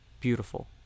Beautiful